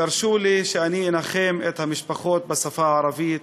תרשו לי לנחם את המשפחות בשפה הערבית,